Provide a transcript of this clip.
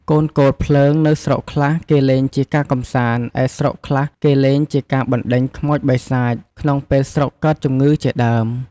កូនគោលភ្លើង នៅស្រុកខ្លះគេលេងជាការកម្សាន្ដ ឯស្រុកខ្លះគេលងជាការបរណ្ដេញខ្មោចបិសាចក្នុងពេលស្រុកកើតជម្ងឺជាដើម។